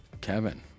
kevin